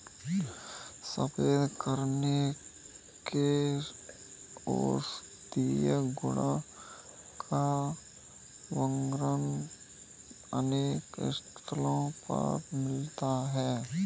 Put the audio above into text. सफेद कनेर के औषधीय गुण का वर्णन अनेक स्थलों पर मिलता है